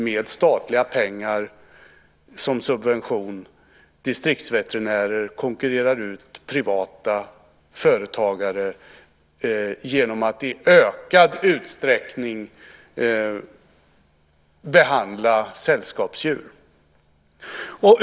Med statliga pengar som subvention konkurrerar distriktsveterinärer ut privata företagare genom att i ökad utsträckning behandla sällskapsdjur.